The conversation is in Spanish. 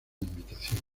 invitación